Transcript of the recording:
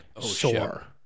sore